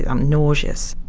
i'm nauseous.